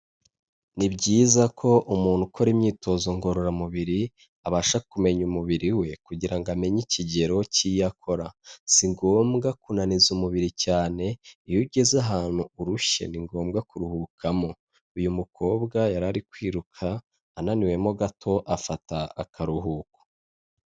Ni byiza ko umuntu ukora imyitozo ngororamubiri, abasha kumenya umubiri we kugira ngo amenye ikigero cy'iyo akora. Si ngombwa kunaniza umubiri cyane, iyo ugeze ahantu urushye ni ngombwa kuruhukamo. Uyu mukobwa yari ari kwiruka, ananiwemo gato afata akaruhuko.